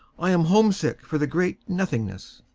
i am homesick for the great nothingness.